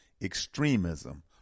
extremism